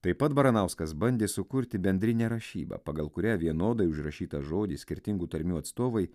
taip pat baranauskas bandė sukurti bendrinę rašybą pagal kurią vienodai užrašytą žodį skirtingų tarmių atstovai